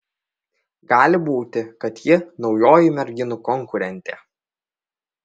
gali būti kad ji naujoji merginų konkurentė